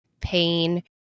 pain